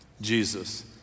Jesus